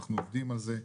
אנחנו עובדים על זה,